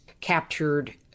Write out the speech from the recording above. captured